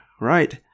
right